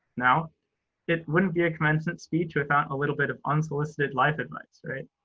now it wouldn't be a commencement speech without a little bit of unsolicited life advice, right?